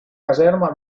caserma